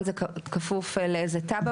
בגלל זה אנחנו גם משקיעים בזה כל כך הרבה